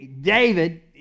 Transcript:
David